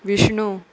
Vishnu